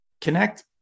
connect